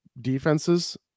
Defenses